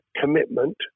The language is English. commitment